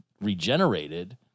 regenerated